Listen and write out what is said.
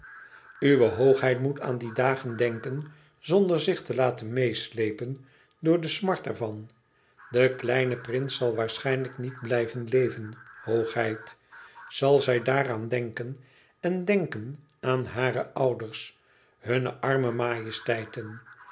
uwe hoogheid moet aan die dagen denken zonder zich te laten meêsleepen door de smart ervan de kleine prins zal waarschijnlijk niet blijven leven hoogheid zal zij daaraan denken en denken aan hare ouders hunne arme majesteiten